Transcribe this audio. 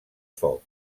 foc